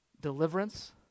Deliverance